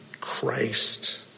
Christ